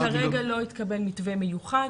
כרגע לא התקבל מתווה מיוחד,